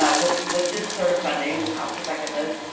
ah with with this sort of funding, the cost effectiveness,